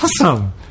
awesome